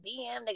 DM